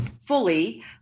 fully